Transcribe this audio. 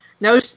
no